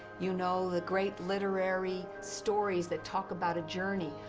you know, the great literary stories that talk about a journey.